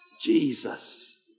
Jesus